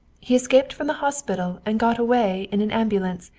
he escaped from the hospital and got away in an ambulance.